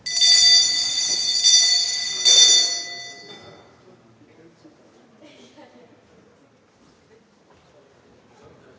Hvad er det,